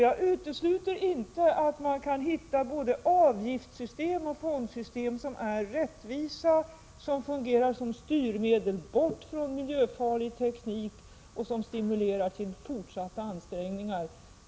Jag utesluter inte heller att man kan hitta både avgiftssystem och fondsystem som är rättvisa och som fungerar som styrmedel bort från miljöfarlig teknik. Detta kan stimulera till fortsatta ansträngningar.